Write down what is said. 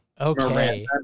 Okay